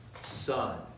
son